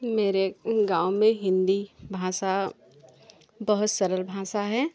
मेरे गाँव में हिंदी भाषा बहुत सरल भाषा है